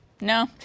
No